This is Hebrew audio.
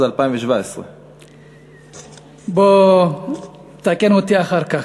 זה 2017. תקן אותי אחר כך.